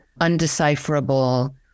undecipherable